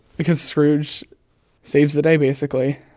because scrooge saves the day, basically.